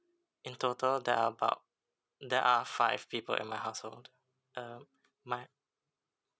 in total there are about there are five people in my household uh my